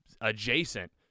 adjacent